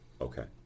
Okay